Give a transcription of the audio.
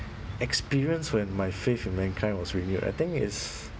experience when my faith in mankind was renewed I think is